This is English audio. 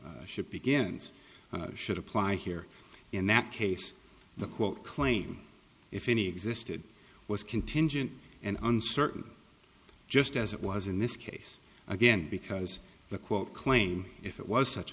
receiver ship begins should apply here in that case the quote claim if any existed was contingent and uncertain just as it was in this case again because the quote claim if it was such